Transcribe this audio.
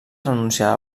renunciar